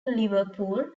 liverpool